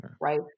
right